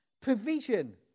Provision